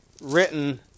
written